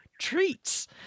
treats